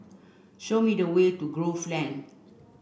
show me the way to Grove Lane